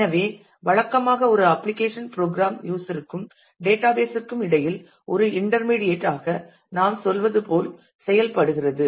எனவே வழக்கமாக ஒரு அப்ளிகேஷன் ப்ரோக்ராம் யூஸர் ருக்கும் டேட்டாபேஸ் ற்கும் இடையில் ஒரு இன்டர்மீடியட் ஆக நாம் சொல்வது போல் செயல்படுகிறது